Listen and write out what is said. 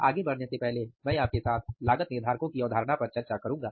आगे बढ़ने से पहले मैं आपके साथ लागत निर्धारकों की अवधारणा पर चर्चा करूंगा